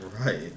Right